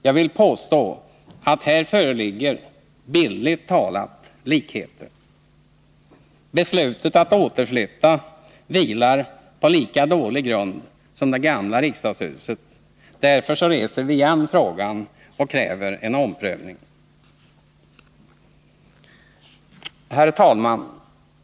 Jag vill påstå att här föreligger, bildligt talat, likheter. Beslutet att återflytta vilar på lika dålig grund som det gamla riksdagshuset. Därför reser vi igen frågan och kräver en omprövning. Herr talman!